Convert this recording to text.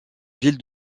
ville